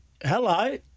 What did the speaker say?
Hello